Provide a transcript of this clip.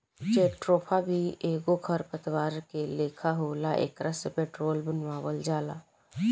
jatropha भी एगो खर पतवार के लेखा होला एकरा से पेट्रोल बनावल जाला